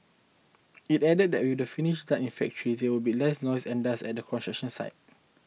it added that with the finishes done in factory there will be less noise and dust at the construction site